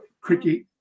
cricket